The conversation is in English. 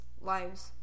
lives